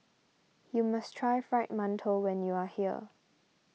you must try Fried Mantou when you are here